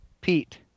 pete